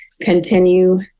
continue